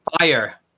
fire